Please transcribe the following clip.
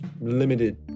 limited